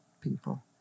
people